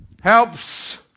Helps